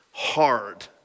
Hard